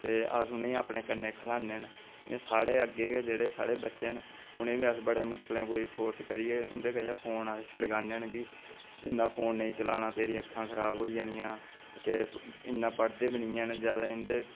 ते अस उ'नें ई अपने कन्नै खन्ने न जि'यां साढ़े अग्गें न जेह्ड़े साढे़ बच्चे न उनें ई बी अस बड़े मुशकलें कोई फोर्स करियै उं'दे कशा फोन अस छडकान्ने कि इन्ना फोन नेईं चलाना तेरी अक्खां खराब होई जानियां ते इन्ना पढ़दे बी नेईं हैन जैदा इ'यां